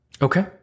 Okay